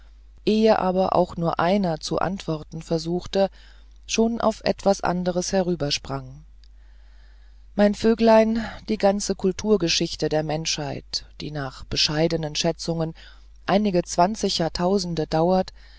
ehe aber auch nur einer zu antworten versuchte schon auf etwas anderes herübersprang mein vöglein die ganze kulturgeschichte der menschheit die nach bescheidenen schätzungen einige zwanzig jahrtausende dauert